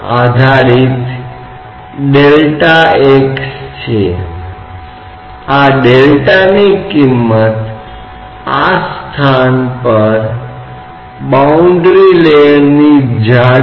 यह ध्यान में रखते हुए कि हम ऐसे मामलों के साथ शोध कर रहे हैं जहां बहुत छोटे हैं इसलिए सभी के लिए रुझान 0 है इसलिए यह इस अभिव्यक्ति से बनेगा कि हमारे पास यहां p है जो यहां दबाव होगा हम इसे ध्यान में रखेंगे